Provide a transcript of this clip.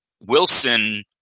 Wilson